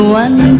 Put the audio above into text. one